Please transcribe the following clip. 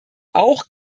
auch